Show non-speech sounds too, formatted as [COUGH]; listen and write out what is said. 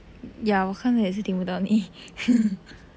ya 我刚才也是听不到你:wo gang cai ye shi tingn bu dao ni [LAUGHS]